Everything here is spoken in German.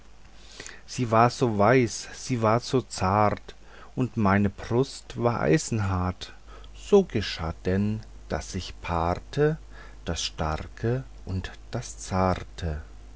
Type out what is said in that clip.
sie war so weiß sie war so zart und meine brust war eisenhart so geschah denn daß sich paarte das starke und das zarte